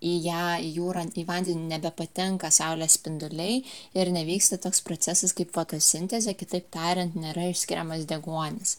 į ją į jūrą į vandenį nebepatenka saulės spinduliai ir nevyksta toks procesas kaip fotosintezė kitaip tariant nėra išskiriamas deguonis